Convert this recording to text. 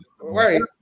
right